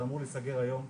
זה אמור להיסגר היום.